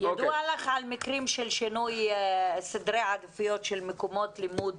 ידוע לך על מקרים של שינוי סדרי עדיפויות של מקומות לימוד?